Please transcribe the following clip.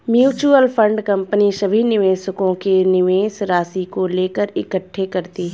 mutual fund company सभी निवेशकों के निवेश राशि को लेकर इकट्ठे करती है